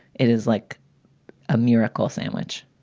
it is like a miracle sandwich.